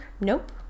Nope